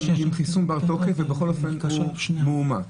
יש לו חיסון בר תוקף ובכל אופן הוא מאומת.